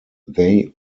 they